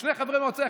שני חברי מועצה,